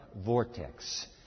vortex